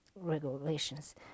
regulations